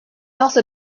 also